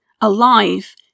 alive